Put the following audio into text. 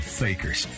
fakers